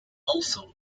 also